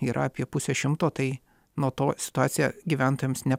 yra apie pusę šimto tai nuo to situacija gyventojams ne